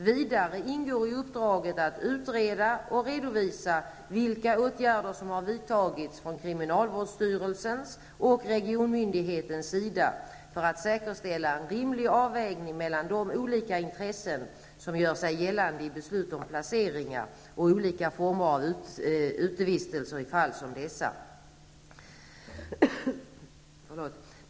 Vidare ingår i uppdraget att utreda och redovisa vilka åtgärder som har vidtagits från kriminalvårdsstyrelsens och regionmyndighetens sida för att säkerställa en rimlig avvägning mellan de olika intressen som gör sig gällande vid beslut om placeringar och olika former av utevistelser i fall som dessa.